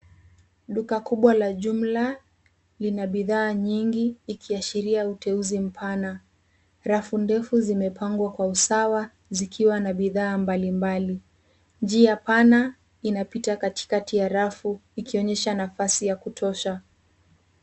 Duka kubwa la jumla lina bidhaa nyingi ikiashiria uteuzi mpana. Rafu ndefu zimepangwa kwa usawa zikiwa na bidhaa mbalimbali. Njia pana inapita katikati ya rafu ikionyesha nafasi ya kutosha.